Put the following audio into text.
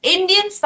Indian